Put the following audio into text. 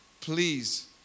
Please